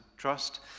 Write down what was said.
Trust